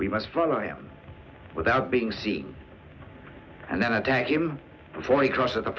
we must run i am without being seen and then attack him before you cross the